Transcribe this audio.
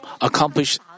accomplish